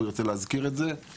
אנחנו נשמח להגיע להציג את כל